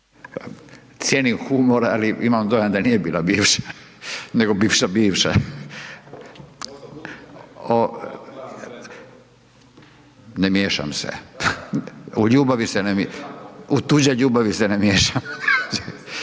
Cijenim humor, ali imam dojam da nije bila bivša, nego bivša bivša. …/Upadica iz klupe se ne